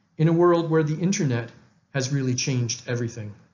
in a world where the internet has really changed everything.